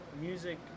music